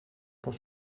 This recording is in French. pour